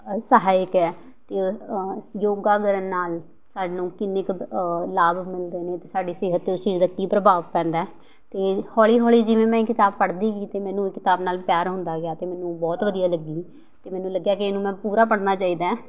ਸਹਾਇਕ ਹੈ ਅਤੇ ਯੋਗਾ ਕਰਨ ਨਾਲ਼ ਸਾਨੂੰ ਕਿੰਨੀ ਕੁ ਲਾਭ ਹੁੰਦੇ ਨੇ ਸਾਡੀ ਸਿਹਤ 'ਤੇ ਉਸ ਚੀਜ਼ ਦਾ ਕੀ ਪ੍ਰਭਾਵ ਪੈਂਦਾ ਅਤੇ ਹੌਲੀ ਹੌਲੀ ਜਿਵੇਂ ਮੈਂ ਇਹ ਕਿਤਾਬ ਪੜ੍ਹਦੀ ਗਈ ਅਤੇ ਮੈਨੂੰ ਇਹ ਕਿਤਾਬ ਨਾਲ਼ ਪਿਆਰ ਹੁੰਦਾ ਗਿਆ ਅਤੇ ਮੈਨੂੰ ਬਹੁਤ ਵਧੀਆ ਲੱਗੀ ਅਤੇ ਮੈਨੂੰ ਲੱਗਿਆ ਕਿ ਇਹਨੂੰ ਮੈਂ ਪੂਰਾ ਪੜ੍ਹਨਾ ਚਾਹੀਦਾ